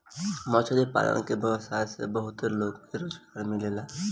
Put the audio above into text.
मछली पालन के व्यवसाय से बहुत लोग के रोजगार मिलेला